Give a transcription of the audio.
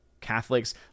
Catholics